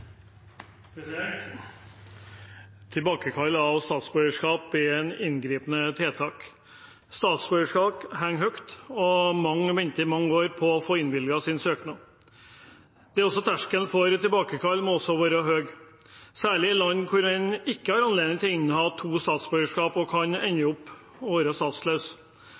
Tilbakekall av statsborgerskap er et inngripende tiltak. Statsborgerskap henger høyt, og mange venter i mange år på å få innvilget søknaden. Terskelen for tilbakekall må også være høy, særlig i land hvor en ikke har anledning til å inneha to statsborgerskap og kan ende opp med å bli statsløs.